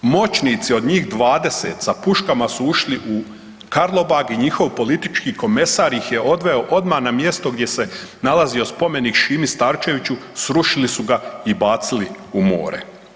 Moćnici od njih 20 sa puškama su ušli u Karlobag i njihov politički komesar ih je odveo odmah na mjesto gdje se nalazio spomenik Šimi Starčeviću, srušili su ga i bacili u more.